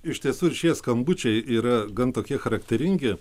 iš tiesų ir šie skambučiai yra gan tokie charakteringi